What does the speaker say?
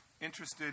interested